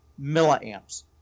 milliamps